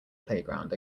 playground